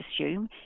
assume